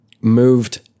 moved